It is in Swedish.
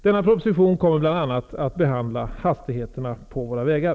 Denna proposition kommer bl.a. att behandla hastigheterna på våra vägar.